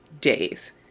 days